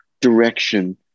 direction